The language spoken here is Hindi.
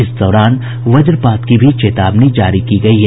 इस दौरान वज्रपात की भी चेतावनी जारी की गयी है